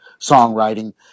songwriting